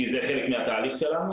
כי זה חלק מהתהליך שלנו.